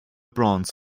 bronze